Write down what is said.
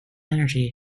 energy